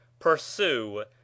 Pursue